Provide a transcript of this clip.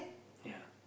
ya